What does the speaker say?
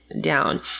down